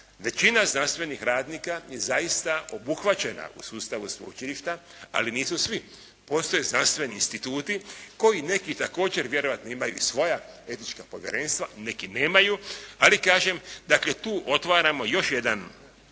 Većina znanstvenih radnika je zaista obuhvaćena u sustavu sveučilišta, ali nisu svi. Postoje znanstveni instituti koji neki također vjerojatno imaju svoja etička povjerenstva, neki nemaju, ali kažem dakle tu otvaramo još jedan